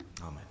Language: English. Amen